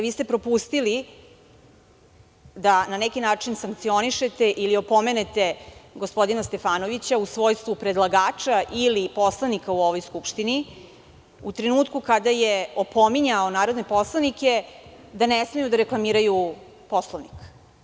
Vi ste propustili da na neki način sankcionišete ili opomenete gospodina Stefanovića, u svojstvu predlagača, ili poslanika u ovoj Skupštini, u trenutku kada je opominjao narodne poslanike da ne smeju da reklamiraju Poslovnik.